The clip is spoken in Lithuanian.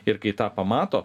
ir kai tą pamato